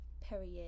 period